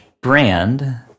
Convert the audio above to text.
brand